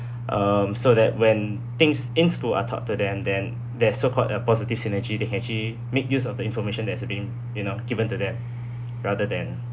um so that when things in school are taught to them then there's so-called a positive synergy they can actually make use of the information that has been you know given to them rather than